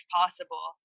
possible